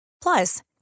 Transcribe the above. Plus